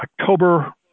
October